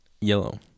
Yellow